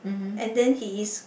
and then he is